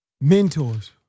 Mentors